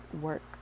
work